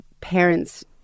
parents